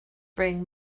bring